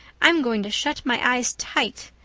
i'm going to shut my eyes tight.